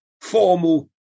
formal